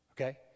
Okay